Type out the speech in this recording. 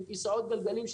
עם כיסאות גלגלים,